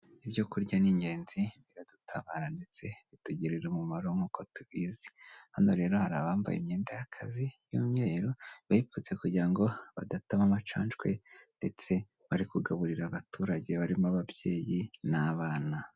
Ibyo kurya ni ingenzi biradutabara ndetse bitugirira umumaro nkuko tubizi, hano rero hari abambaye imyenda y'akazi y'umweru bipfutse kugira ngo badatamo amacancwe ndetse bari kugaburira abaturage barimo ababyeyi n'abana.